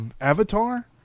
avatar